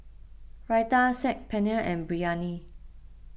Raita Saag Paneer and Biryani